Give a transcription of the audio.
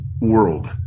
world